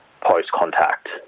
post-contact